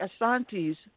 Asante's